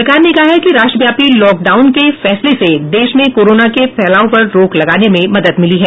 सरकार ने कहा है कि राष्ट्रव्यापी लाक डाउन के फैसले से देश में कोरोना के फैलाव पर रोक लगाने में मदद मिली है